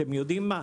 אתם יודעים מה?